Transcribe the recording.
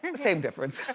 um same difference